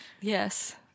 Yes